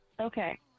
Okay